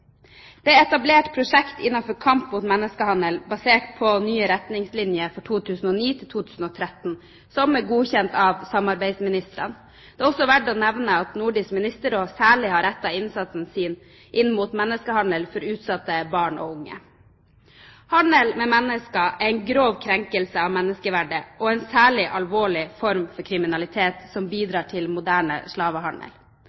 Det er etablert prosjekter innenfor kampen mot menneskehandel, basert på nye retningslinjer for 2009–2013, som er godkjent av samarbeidsministrene. Det er også verdt å nevne at Nordisk Ministerråd særlig har rettet sin innsats inn mot menneskehandel og for utsatte barn og unge. Handel med mennesker er en grov krenkelse av menneskeverdet og en særlig alvorlig form for kriminalitet, som